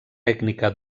ètnica